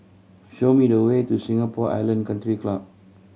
show me the way to Singapore Island Country Club